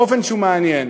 באופן שהוא מעניין.